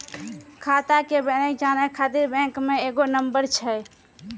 खाता के बैलेंस जानै ख़ातिर बैंक मे एगो नंबर छै?